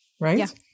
right